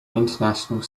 international